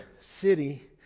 city